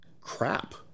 crap